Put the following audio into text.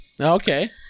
okay